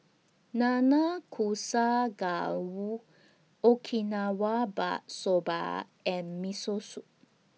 Nanakusa Gayu Okinawa Soba and Miso Soup